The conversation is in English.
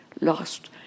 lost